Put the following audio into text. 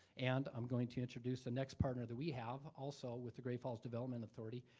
and i'm going to introduce the next partner that we have, also, with the great falls development authority,